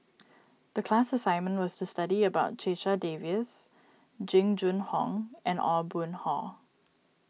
the class assignment was to study about Checha Davies Jing Jun Hong and Aw Boon Haw